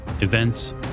events